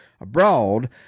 abroad